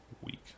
week